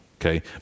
Okay